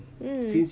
mm